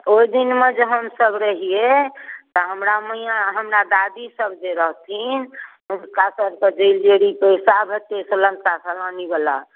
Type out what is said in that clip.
ओहिदिनमे जे हमसब रहियै तऽ हमरा मैया हमरा दादी सब जे रहथिन हुनका सबके पैसा भेटैत सलानी वला